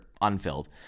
unfilled